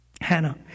Hannah